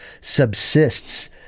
subsists